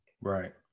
Right